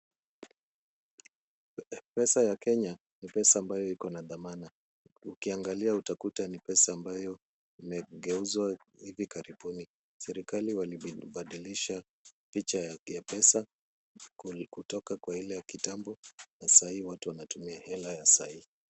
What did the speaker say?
Pesa ya Kenya ni pesa ambayo iko na thamana. Ukiangalia utakuta ni pesa ambayo imegeuzwa hivi karibuni. Serikali walibadilisha picha yake pesa kutoka kwa ile ya kitambo. Na saa hii watu wanatumia hela ya saa hii.